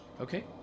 Okay